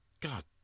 god